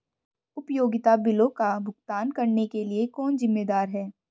उपयोगिता बिलों का भुगतान करने के लिए कौन जिम्मेदार है?